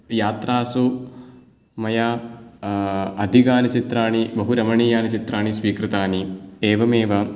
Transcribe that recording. यात्रासु मया अधिकानि चित्राणि बहुरमणीयानि चित्राणि स्वीकृतानि एवमेव